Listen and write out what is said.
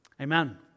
Amen